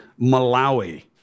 Malawi